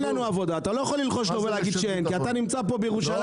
אתה לא יכול ללחוש לו ולהגיד שכן כי אתה נמצא פה בירושלים.